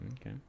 Okay